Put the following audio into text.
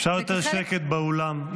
אפשר יותר שקט באולם?